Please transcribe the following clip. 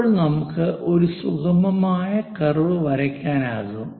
ഇപ്പോൾ നമുക്ക് ഒരു സുഗമമായ കർവ് വരയ്ക്കാനാകും